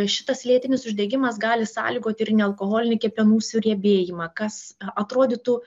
šitas lėtinis uždegimas gali sąlygoti ir nealkoholinį kepenų suriebėjimą kas atrodytų